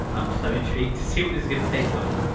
i'm so intrigued to see what this gonna taste like.